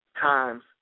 times